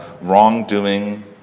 wrongdoing